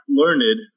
learned